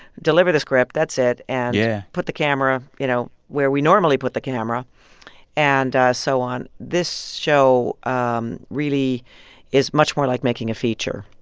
deliver the script that's it, and. yeah. put the camera, you know, where we normally put the camera and so on. this show um really is much more like making a feature.